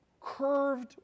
Curved